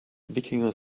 wikinger